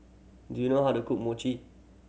do you know how to cook Mochi